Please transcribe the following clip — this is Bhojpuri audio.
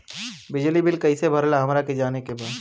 बिजली बिल कईसे भराला हमरा के जाने के बा?